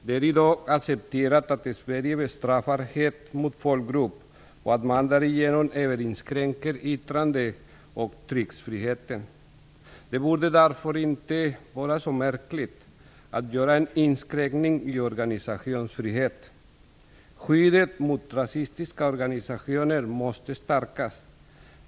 Det är i dag accepterat att Sverige bestraffar hets mot folkgrupp och att man därigenom även inskränker yttrande och tryckfriheten. Det borde därför inte vara så märkligt att göra en inskränkning i organisationsfriheten. Skyddet mot rasistiska organisationer måste stärkas.